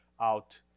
out